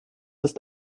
ist